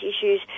issues